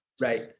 Right